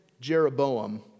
Jeroboam